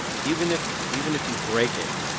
even if even if you break it,